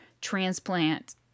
transplant